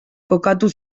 kokatu